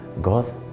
God